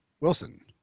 Wilson